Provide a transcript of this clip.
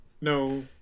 no